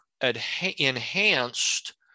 enhanced